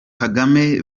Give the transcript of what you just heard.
kagame